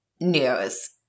news